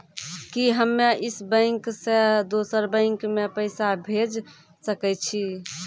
कि हम्मे इस बैंक सें दोसर बैंक मे पैसा भेज सकै छी?